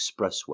Expressway